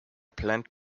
plant